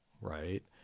right